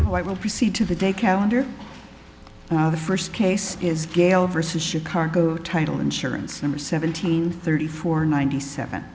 white will proceed to the day calendar the first case is gail versus chicago title insurance number seventeen thirty four ninety seven